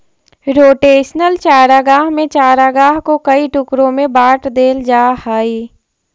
rotational चारागाह में चारागाह को कई टुकड़ों में बांट देल जा हई